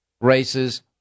races